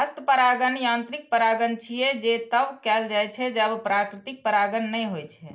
हस्त परागण यांत्रिक परागण छियै, जे तब कैल जाइ छै, जब प्राकृतिक परागण नै होइ छै